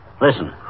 Listen